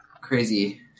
crazy